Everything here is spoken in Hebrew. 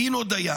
דין או דיין.